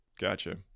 Gotcha